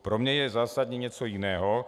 Pro mě je zásadní něco jiného.